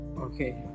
okay